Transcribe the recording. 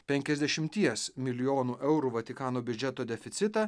penkiasdešimties milijonų eurų vatikano biudžeto deficitą